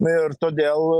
ir todėl